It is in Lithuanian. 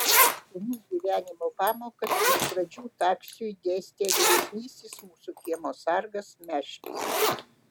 šunų gyvenimo pamokas iš pradžių taksiui dėstė vyresnysis mūsų kiemo sargas meškis